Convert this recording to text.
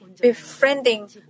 befriending